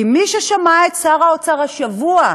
כי מי ששמע את שר האוצר השבוע,